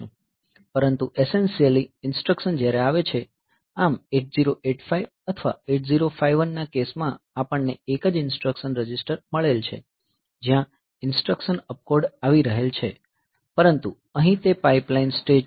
પરંતુ essentially instruction જ્યારે આવે છે આમ 8085 અથવા 8051ના કેસ માં આપણને એક જ ઇન્સટ્રકશન રજિસ્ટર મળેલ છે જ્યાં ઇન્સટ્રકશન ઓપકોડ આવી રહેલ છે પરંતુ અહીં તે પાઇપલાઇન સ્ટેજ છે